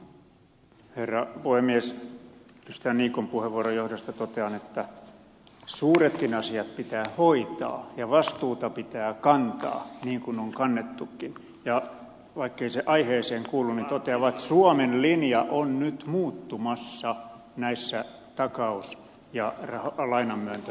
edustaja niikon puheenvuoron johdosta totean että suuretkin asiat pitää hoitaa ja vastuuta pitää kantaa niin kuin on kannettukin ja vaikkei se aiheeseen kuulu niin totean vaan että suomen linja on nyt muuttumassa näissä takaus ja lainanmyöntöasioissa